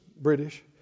British